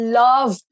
love